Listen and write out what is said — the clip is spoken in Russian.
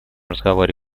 разговоре